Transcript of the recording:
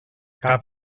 cap